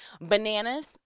bananas